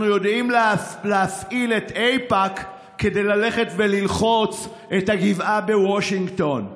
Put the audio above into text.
אנחנו יודעים להפעיל את איפא"ק כדי ללכת וללחוץ את הגבעה בוושינגטון.